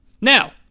Now